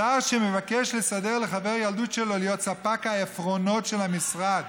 שר שמבקש לסדר לחבר ילדות שלו להיות ספק העפרונות של המשרד,